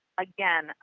Again